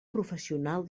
professional